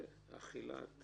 עד מאסרו של אדם -- אכילת